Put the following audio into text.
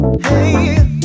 Hey